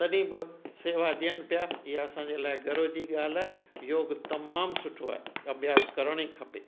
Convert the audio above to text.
तॾहिं बि शेवा ॾियनि पिया इहा असांजे लाइ गर्व जी ॻाल्हि आहे योग तमामु सुठो आहे अभ्यास करण ई खपे